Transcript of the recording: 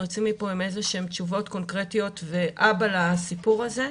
יוצאים מפה עם איזשהן תשובות קונקרטיות ואבא לסיפור הזה.